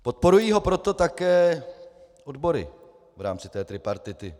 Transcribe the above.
Podporují ho proto také odbory v rámci tripartity.